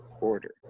order